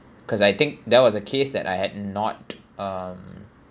cause I think that was a case that I had not um